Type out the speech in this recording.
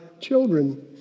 children